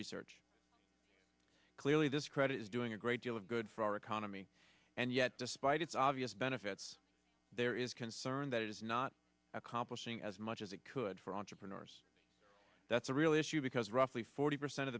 research clearly this credit is doing a great deal of good for our economy and yet despite its obvious benefits there is concern that it is not accomplishing as much as it could for entrepreneurs that's a real issue because roughly forty percent of